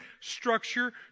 structure